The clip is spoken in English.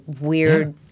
weird